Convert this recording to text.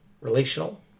relational